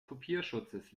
kopierschutzes